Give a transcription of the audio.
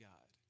God